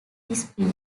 dispute